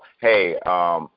hey